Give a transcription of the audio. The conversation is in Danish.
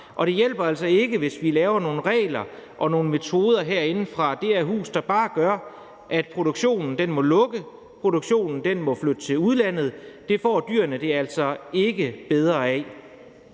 det hjælper altså ikke, hvis vi laver nogle regler og nogle metoder herinde fra det her hus, der bare gør, at produktionen må lukke, at produktionen må flytte til udlandet. Det får dyrene det altså ikke bedre af.